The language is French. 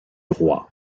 roi